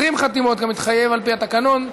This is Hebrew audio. כמתחייב על פי התקנון,